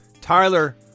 Tyler